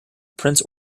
prince